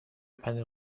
پنیر